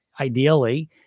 ideally